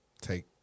take